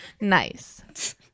Nice